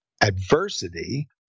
adversity